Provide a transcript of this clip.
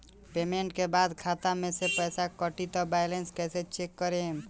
Payment के बाद खाता मे से पैसा कटी त बैलेंस कैसे चेक करेम?